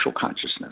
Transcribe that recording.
consciousness